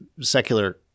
secular